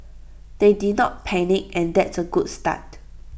they did not panic and that's A good start